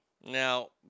Now